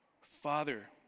Father